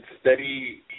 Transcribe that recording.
steady